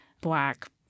black